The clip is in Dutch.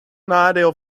nadeel